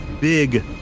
Big